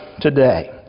today